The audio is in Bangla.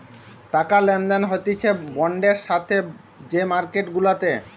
টাকা লেনদেন হতিছে বন্ডের সাথে যে মার্কেট গুলাতে